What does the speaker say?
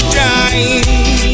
time